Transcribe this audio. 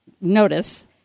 notice